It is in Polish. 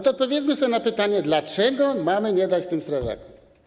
To odpowiedzmy sobie na pytanie, dlaczego mamy nie dać tym strażakom.